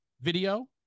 video